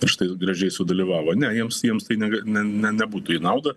štai gražiai sudalyvavo ne jiems jiems tai ne ne ne nebūtų į naudą